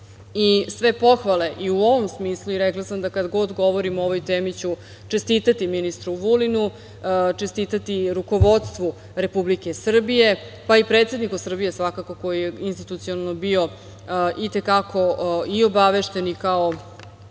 put. Sve pohvale i u ovom smislu i rekla sam da kad god govorim o ovoj temi ću čestitati ministru Vulinu, čestitati rukovodstvu Republike Srbije, pa i predsedniku Srbije, svakako, koji je institucionalno bio itekako i obavešten i kao